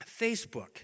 Facebook